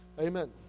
amen